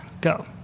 go